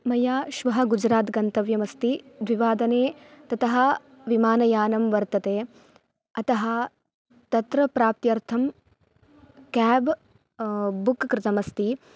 मया श्वः गुजरात् गन्तव्यमस्ति द्विवादने ततः विमानयानं वर्तते अतः तत्र प्राप्त्यर्थं केब् बुक् कृतमस्ति